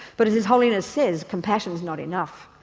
but as his holiness says, compassion is not enough.